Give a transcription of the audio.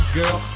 girl